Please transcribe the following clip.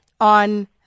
On